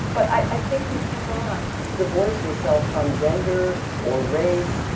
but i think you cannot divorce yourself from gender or race,